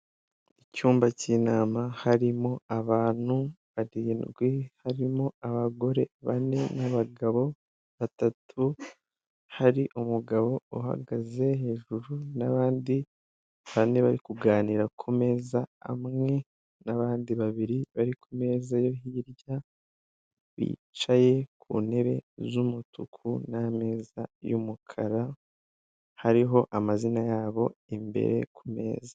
Iyi ni inyubako ya etaje irimo ibikorwa bigiye bitandukanye, hari ahacururizwa imyenda yo kwambara ndetse n'umuryango urimo ibijyanye no kuvunja no ku kuvunjisha amafaranga y'abanyamahanga ukorwamo n'uwitwa Frank.